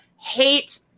hate